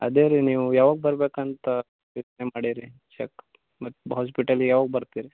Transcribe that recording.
ಅದೇ ರೀ ನೀವು ಯಾವಾಗ ಬರ್ಬೇಕೂಂತ ಯೋಚನೆ ಮಾಡೀರಿ ಚಕಪ್ ಮತ್ತು ಹೋಸ್ಪಿಟಲ್ಗೆ ಯಾವಾಗ ಬರ್ತೀರಿ